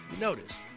notice